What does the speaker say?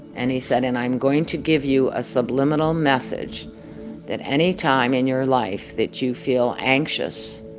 and he said, and i'm going to give you a subliminal message that any time in your life that you feel anxious,